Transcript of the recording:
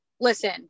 listen